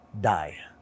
die